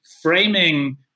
framing